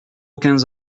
quinze